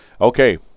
Okay